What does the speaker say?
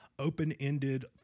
open-ended